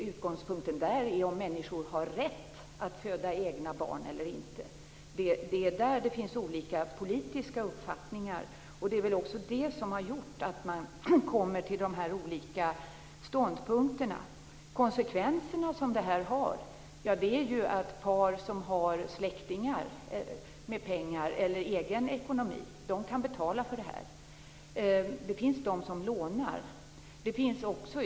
Utgångspunkten där är om människor har rätt att föda egna barn eller inte. Det är där det finns olika politiska uppfattningar. Det är väl också det som har gjort att man kommer fram till de här olika ståndpunkterna. Konsekvenserna som det här har är att par som har släktingar med pengar eller egen ekonomi kan betala. Det finns de som lånar.